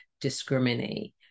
discriminate